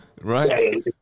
Right